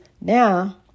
now